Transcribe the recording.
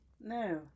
No